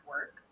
work